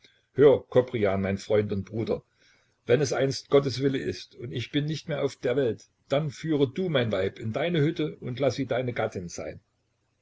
mein freund und bruder wenn es einst gottes wille ist und ich bin nicht mehr auf der welt dann führe du mein weib in deine hütte und laß sie deine gattin sein